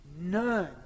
None